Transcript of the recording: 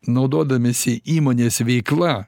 naudodamiesi įmonės veikla